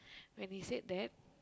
when he said that